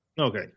Okay